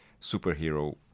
superhero